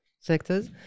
sectors